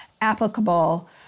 applicable